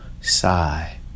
sigh